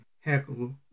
Heckle